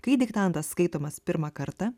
kai diktantas skaitomas pirmą kartą